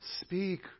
speak